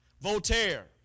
voltaire